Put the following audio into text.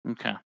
Okay